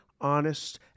honest